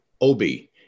Obi